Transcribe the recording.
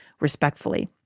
respectfully